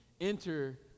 enter